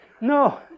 No